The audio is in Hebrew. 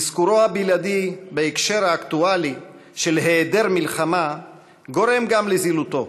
אזכורו הבלעדי בהקשר האקטואלי של היעדר מלחמה גורם גם לזילותו.